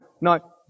No